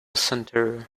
centre